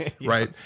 Right